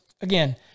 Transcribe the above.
again